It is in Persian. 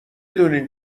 دونین